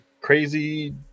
crazy